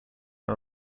and